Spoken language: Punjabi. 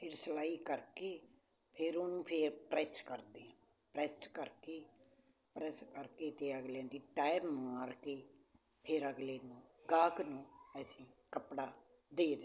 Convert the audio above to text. ਫਿਰ ਸਿਲਾਈ ਕਰਕੇ ਫਿਰ ਉਹਨੂੰ ਫਿਰ ਪ੍ਰੈਸ ਕਰਦੇ ਹਾਂ ਪ੍ਰੈਸ ਕਰਕੇ ਪ੍ਰੈਸ ਕਰਕੇ ਅਤੇ ਅਗਲਿਆਂ ਤੈਅ ਮਾਰ ਕੇ ਫਿਰ ਅਗਲੇ ਨੂੰ ਗਾਹਕ ਨੂੰ ਅਸੀਂ ਕੱਪੜਾ ਦੇ ਦੇਂਦੇ ਹਾਂ